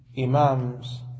Imams